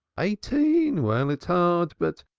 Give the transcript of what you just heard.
eighteen? well, it's hard, but